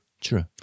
true